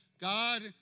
God